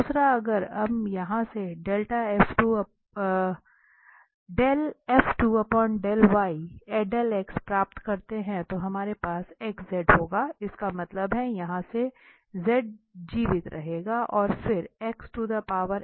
दूसरा अगर हम यहां से प्राप्त करते हैं तो हमारे पास xz होगा इसका मतलब है यहां से z जीवित रहेगा और फिर